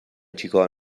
چیکار